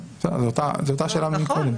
זאת אותה שאלה ששאלנו קודם.